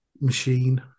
machine